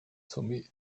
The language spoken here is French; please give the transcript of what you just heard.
sommets